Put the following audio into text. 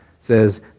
says